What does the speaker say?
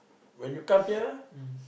when you come here